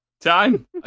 Time